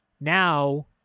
now